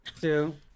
Two